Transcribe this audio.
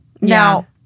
now